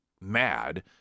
mad